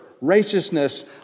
righteousness